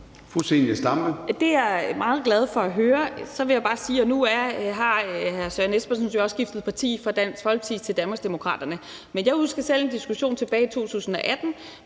Det er jeg meget glad for at høre. Jeg vil bare sige, at nu har hr. Søren Espersen jo skiftet parti fra Dansk Folkeparti til Danmarksdemokraterne, men jeg husker selv diskussionen tilbage i 2018,